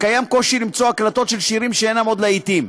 וקיים קושי למצוא הקלטות של שירים שאינם עוד להיטים.